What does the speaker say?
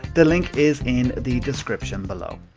the link is in the description below.